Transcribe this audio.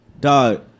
Dog